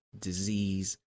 disease